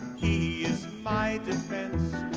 he is my defense,